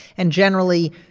and generally,